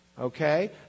Okay